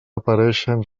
apareixen